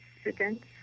students